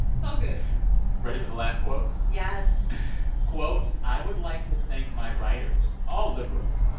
it's all good ready for the last quote? yes quote, i would like to thank my writers, all liberals.